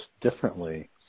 differently